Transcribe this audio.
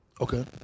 Okay